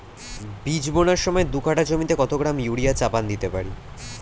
বীজ বোনার সময় দু কাঠা জমিতে কত গ্রাম ইউরিয়া চাপান দিতে পারি?